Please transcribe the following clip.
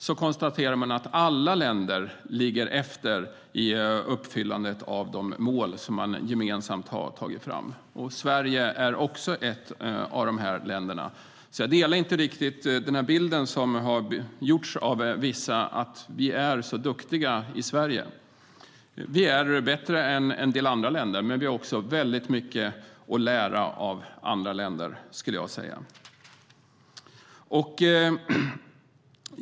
Man konstaterade att alla länder ligger efter i uppfyllandet av de mål som de gemensamt har tagit fram. Sverige är ett av de länderna. Jag delar inte riktigt den bild som har getts av vissa: att vi är så duktiga i Sverige. Vi är bättre än en del andra länder. Men vi har också väldigt mycket att lära av andra länder, skulle jag säga.